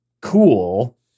Cool